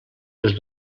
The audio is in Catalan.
les